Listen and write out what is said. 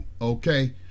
Okay